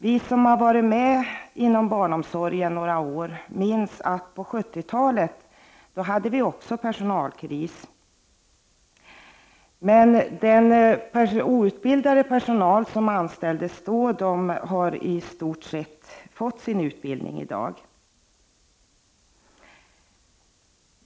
Vi som har varit med inom barnomsorgen några år minns att vi också på 70-talet hade en personalkris. Den outbildade personal som då anställdes har i stort sett nu fått sin utbildning.